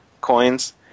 coins